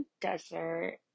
desert